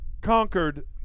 conquered